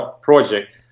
project